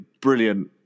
brilliant